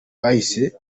bahise